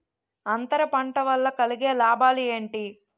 అంతర పంట వల్ల కలిగే లాభాలు ఏంటి